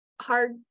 hard